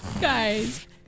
guys